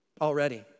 already